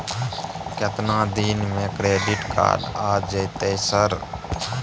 केतना दिन में क्रेडिट कार्ड आ जेतै सर?